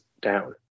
down